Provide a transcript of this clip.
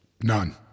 None